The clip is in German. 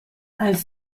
als